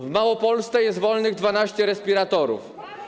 W Małopolsce jest wolnych 12 respiratorów.